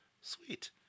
Sweet